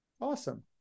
Awesome